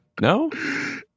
No